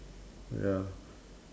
ya